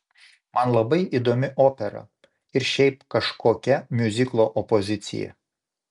man labai įdomi opera ir šiaip kažkokia miuziklo opozicija